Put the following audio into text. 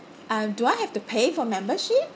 uh do I have to pay for membership